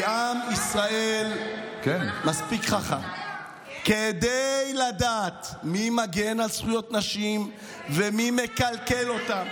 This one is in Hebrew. כי עם ישראל מספיק חכם כדי לדעת מי מגן על זכויות נשים ומי מקלקל אותם,